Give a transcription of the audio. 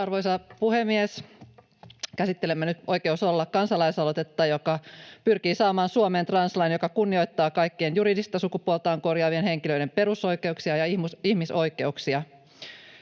Arvoisa puhemies! Käsittelemme nyt Oikeus olla ‑kansalaisaloitetta, joka pyrkii saamaan Suomeen translain, joka kunnioittaa kaikkien juridista sukupuoltaan korjaavien henkilöiden perusoikeuksia ja ihmisoikeuksia.